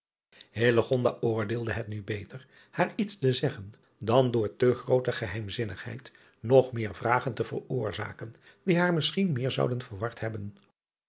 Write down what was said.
oordeelde het nu beter haar driaan oosjes zn et leven van illegonda uisman iets te zeggen dan door te groote geheimzinnigheid nog meer vragen te veroorzaken die haar misschien meer zouden verward hebben